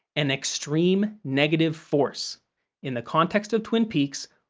an extreme negative force in the context of twin peaks,